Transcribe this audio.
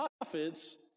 prophets